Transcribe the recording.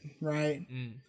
right